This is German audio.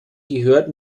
gehört